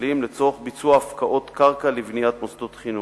שקלים לצורך ביצוע הפקעות קרקע לבניית מוסדות חינוך.